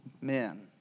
Men